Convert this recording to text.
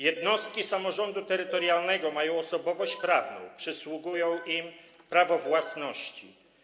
Jednostki samorządu terytorialnego mają osobowość prawną, przysługuje im prawo własności.